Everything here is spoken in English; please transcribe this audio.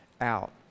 out